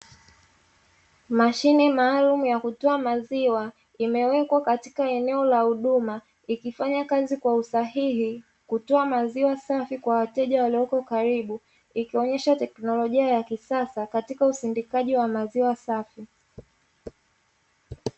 Mashine maalum ya kutoa maziwa imewekwa katika eneo la huduma ikifanyakazi kwa usahii. Kutoa maziwa safi kwa wateja waliopo karibu ikionesha teknolojia ya kisasa katika usindikaji wa maziwa safi.